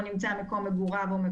נמצאות בבתי